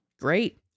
Great